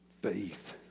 faith